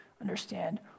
understand